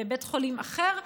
בבית חולים אחר,